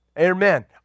Amen